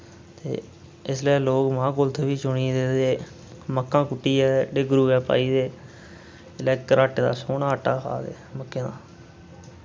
ते इसलै लोक माह् कुल्थ बी चुनी दे ते मक्कां कुट्टीयै ढीगरुए पाई दे इसलै घराटे दा सोह्ना आट्टा खा दे मक्कें दा